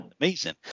amazing